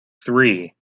three